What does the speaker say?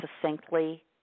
succinctly